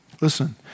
Listen